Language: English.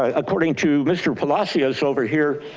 ah according to mr. palacios over here,